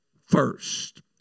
first